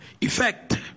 effect